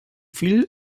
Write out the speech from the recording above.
fill